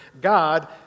God